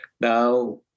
Now